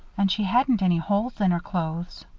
and she hadn't any holes in her clothes.